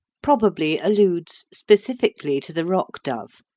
probably alludes specifically to the rock-dove,